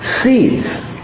seeds